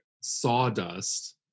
sawdust